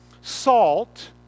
salt